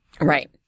Right